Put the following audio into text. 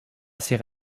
assez